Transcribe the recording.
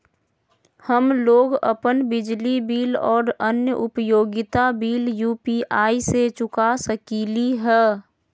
हम लोग अपन बिजली बिल और अन्य उपयोगिता बिल यू.पी.आई से चुका सकिली ह